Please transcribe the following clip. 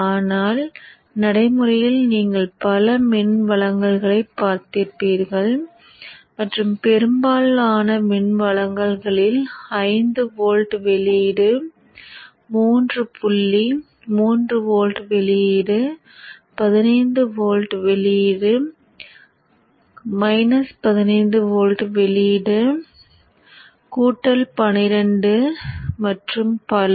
ஆனால் நடைமுறையில் நீங்கள் பல மின்வழங்கல்களைப் பார்த்திருப்பீர்கள் மற்றும் பெரும்பாலான மின்வழங்கல்களில் 5 வோல்ட் வெளியீடு 3 புள்ளி 3 வோல்ட் வெளியீடு 15 வோல்ட் வெளியீடு 15 வோல்ட் வெளியீடு 12 மற்றும் பல